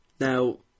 Now